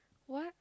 what